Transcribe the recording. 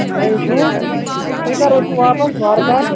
نیے چھِوٕ تُہۍ کَر ؤسِو واپَس وارٕ کارٕ